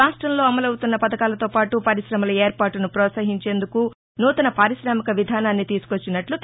రాష్టంలో అమలవుతున్న పథకాలతోపాటు పరిశ్రమల ఏర్పాటును ప్రోత్సహించేందుకు నూతన పార్కిశామిక విధానాన్ని తీసుకొచ్చినట్లు కె